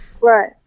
Right